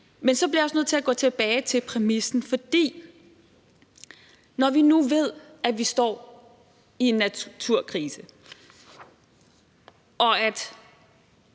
Men så bliver jeg også nødt til at gå tilbage til præmissen. Vi ved, at vi står i en naturkrise, og at